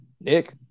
Nick